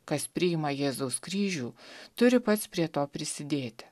kas priima jėzaus kryžių turi pats prie to prisidėti